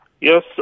Yes